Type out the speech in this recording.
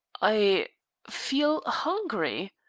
i feel hungry.